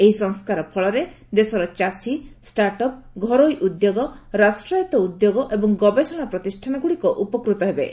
ଏହି ସଂସ୍କାର ଫଳରେ ଦେଶର ଚାଷୀ ଷ୍ଟାର୍ଟଅପ୍ ଘରୋଇ ଉଦ୍ୟୋଗ ରାଷ୍ଟ୍ରାୟତ୍ତ ଉଦ୍ୟୋଗ ଏବଂ ଗବେଷଣା ପ୍ରତିଷ୍ଠାନଗୁଡିକ ଉପକୃତ ହେବେ